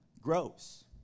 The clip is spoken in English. grows